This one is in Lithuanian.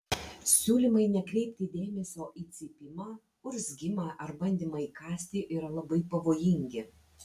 siūlymai nekreipti dėmesio į cypimą urzgimą ar bandymą įkąsti yra labai pavojingi